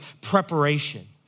preparation